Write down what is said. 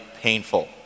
painful